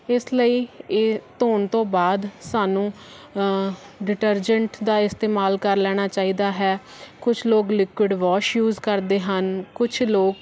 ਇਸ ਲਈ ਇਹ ਧੋਣ ਤੋਂ ਬਾਅਦ ਸਾਨੂੰ ਡਿਟਰਜੈਂਟ ਦਾ ਇਸਤੇਮਾਲ ਕਰ ਲੈਣਾ ਚਾਹੀਦਾ ਹੈ ਕੁਛ ਲੋਕ ਲਿਕੁਡ ਵਾਸ਼ ਯੂਜ ਕਰਦੇ ਹਨ ਕੁਛ ਲੋਕ